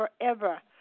forever